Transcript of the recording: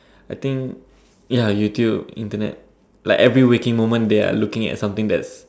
I think ya YouTube Internet like every waking moment they are looking at something that's